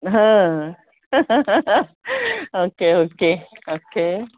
हा okay okay